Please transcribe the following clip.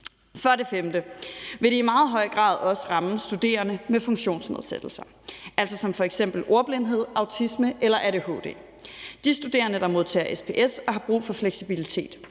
For det femte vil det i meget høj grad også ramme studerende med funktionsnedsættelser, f.eks. ordblindhed, autisme eller adhd. Det er de studerende, der modtager SPS og har brug for fleksibilitet.